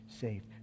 saved